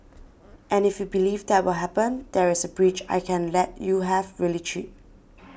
and if you believe that will happen there is a bridge I can let you have really cheap